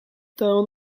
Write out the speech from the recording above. town